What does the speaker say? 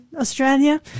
Australia